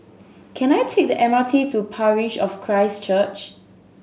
can I take the M R T to Parish of Christ Church